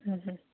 হুম হুম